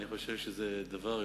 זה עבר בחקיקה,